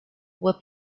were